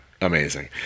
Amazing